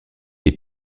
est